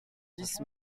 dix